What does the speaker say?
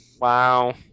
Wow